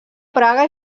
praga